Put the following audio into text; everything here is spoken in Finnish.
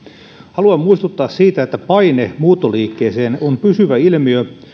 haluan muistuttaa siitä että paine muuttoliikkeeseen on pysyvä ilmiö